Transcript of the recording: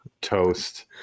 toast